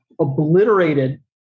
obliterated